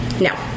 no